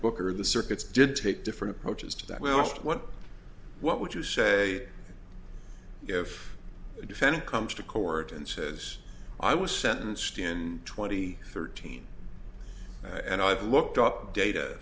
booker the circuits did take different approaches to that well to what what would you say if a defendant comes to court and says i was sentenced in twenty thirteen and i've looked up data